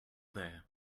there